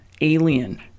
alien